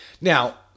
Now